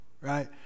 right